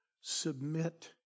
submit